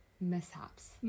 mishaps